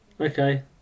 okay